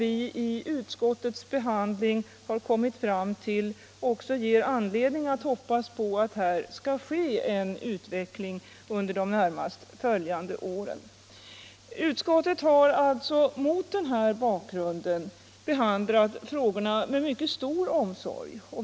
I utskottets behandling har vi kommit fram till att det också finns anledning att hoppas på att här skall ske en utveckling under de närmast följande åren. Utskottet har alltså mot den här bakgrunden behandlat frågorna med mycket stor omsorg.